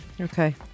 okay